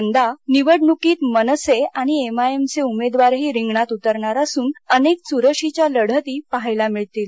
यंदा निवडणुकीत मनसे आणि एमआयएमचे उमेदवारही रिंगणात उतरणार असून अनेक च्रशीच्या लढती पहायला मिळतील